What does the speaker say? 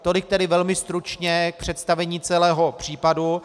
Tolik tedy velmi stručně k představení celého případu.